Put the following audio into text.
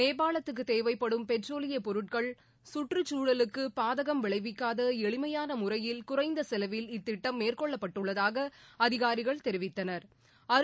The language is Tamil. நேபாளத்துக்குத் தேவைப்படும் பெட்ரோலியப் பொருட்கள் கற்றுக்குழலுக்கு பாதகம் விளைவிக்காத எளிமையாள முறையில் குறைந்த செலவில் இத்திட்டம் மேற்கொள்ளப்பட்டுள்ளதாக அதிகாரிகள் தொவித்தனா்